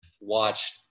watch